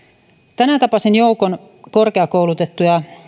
tänään tapasin joukon korkeakoulutettuja